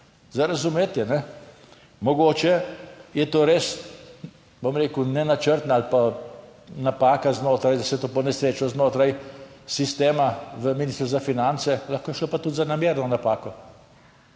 za razumeti, mogoče je to res, bom rekel, nenačrtna ali pa napaka znotraj, da se je to ponesrečilo znotraj sistema v Ministrstvu za finance, lahko je šlo pa tudi za namerno napako,